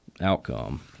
outcome